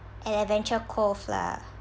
an adventure cove lah